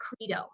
credo